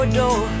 door